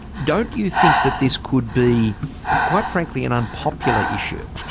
don't you think that this could be quite frankly an unpopular issue?